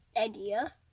idea